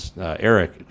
Eric